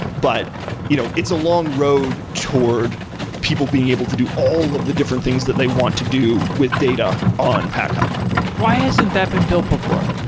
but you know it's a long road toward people being able to do all the different things that they want to do with data on packhub why hasn't that been built before?